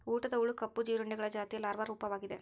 ಊಟದ ಹುಳು ಕಪ್ಪು ಜೀರುಂಡೆಗಳ ಜಾತಿಯ ಲಾರ್ವಾ ರೂಪವಾಗಿದೆ